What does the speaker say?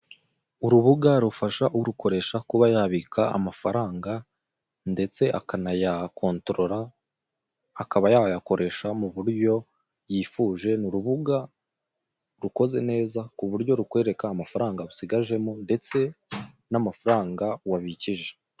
Urubuga rufasha urukoresha kuba yabika amafaranga ndetse akanayakontorora, akaba yayakoresha mu buryo yifuje. Ni urubuga rukoze neza ku buryo rukwereka amafaranga usigajemo, ndetse n'amafaranga wabikije.